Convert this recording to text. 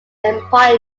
empire